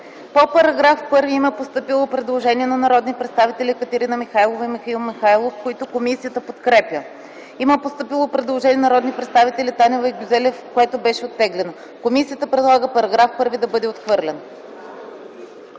По § 1 има постъпило предложение на народните представители Екатерина Михайлова и Михаил Михайлов, което комисията подкрепя. Има постъпило предложение на народните представители Танева и Гюзелев, което беше оттеглено. Комисията предлага § 1 да бъде отхвърлен.